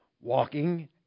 walking